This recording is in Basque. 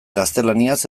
gaztelaniaz